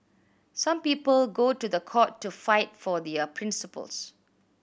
some people go to the court to fight for their principles